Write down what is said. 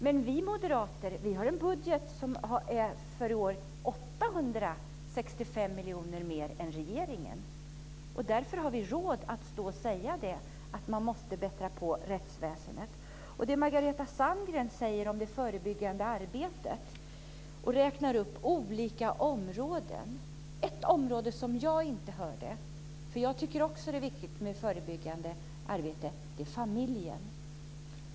Men vi moderater har en budget som anslår 865 miljoner mer än regeringen i år. Därför har vi råd att säga att man måste bättra på rättsväsendet. Margareta Sandgren pratar om det förebyggande arbetet och räknar upp olika områden. Ett område som jag inte hörde - och jag tycker också att det är viktigt med förebyggande arbete - är familjen.